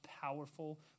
powerful